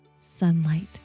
sunlight